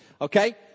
Okay